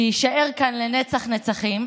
שיישאר כאן לנצח נצחים,